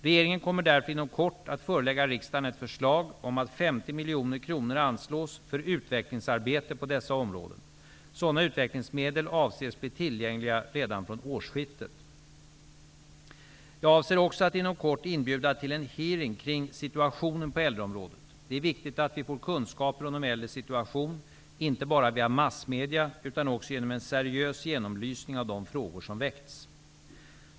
Regeringen kommer därför inom kort att förelägga riksdagen ett förslag om att 50 miljoner kronor anslås för utvecklingsarbete på dessa områden. Sådana utvecklingsmedel avses bli tillgängliga redan från årsskiftet. Jag avser också att inom kort inbjuda till en hearing kring situationen på äldreområdet. Det är viktigt att vi får kunskaper om de äldres situation inte bara via massmedierna utan också genom en seriös genomlysning av de frågor som väckts.